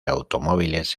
automóviles